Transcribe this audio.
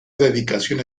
dedicación